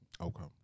Okay